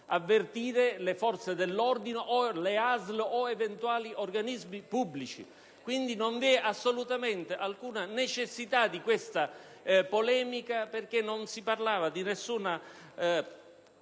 avvertire le forze dell'ordine o le ASL o eventuali organismi pubblici. Quindi, non vi è assolutamente alcuna necessità di questa polemica perché non si è parlato di nessuna